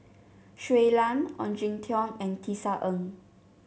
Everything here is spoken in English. Shui Lan Ong Jin Teong and Tisa Ng